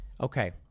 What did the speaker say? Okay